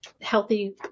healthy